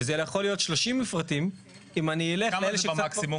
וזה יכול להיות 30 מפרטים אם אני אלך לאלה --- כמה זה במקסימום?